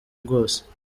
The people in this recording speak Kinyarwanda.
bwose